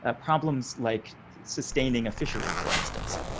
ah problems like sustaining a fishery, for instance.